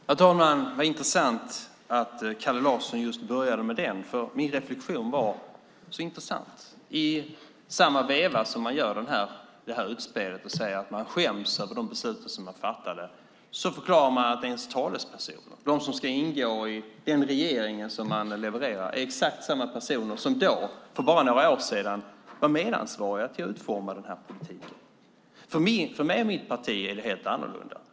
Herr talman! Vad intressant att Kalle Larsson just började med den frågan. Min reflektion var nämligen att det var intressant att man i samma veva som man gör det här utspelet och säger att man skäms över de beslut man fattade förklarar att ens talespersoner, de som ska ingå i den regeringen som man levererar, är exakt samma personer som då, för bara några år sedan, var medansvariga till att utforma den här politiken. För mig och mitt parti är det helt annorlunda.